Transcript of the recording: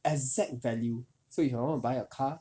exact value so if want to buy a car